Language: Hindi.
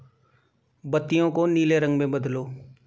बत्तियों को नीले रंग में बदलो